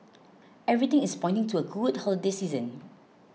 everything is pointing to a good holiday season